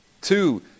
Two